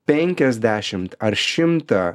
penkiasdešimt ar šimtą